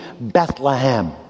Bethlehem